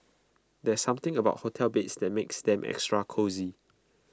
there's something about hotel beds that makes them extra cosy